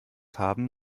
haben